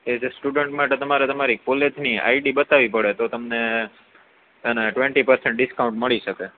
એ જે સ્ટુડન્ટ માટે તમારે તમારી કોલેજની આઈડી બતાવવી પડે તો તમને એના ટ્વેન્ટી પશેન્ટ ડિસ્કાઉન્ટ મળી શકે